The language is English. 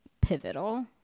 pivotal